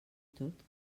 tot